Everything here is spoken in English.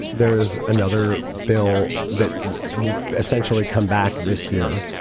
there is another bill that will essentially come back this year